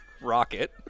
Rocket